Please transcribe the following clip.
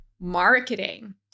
marketing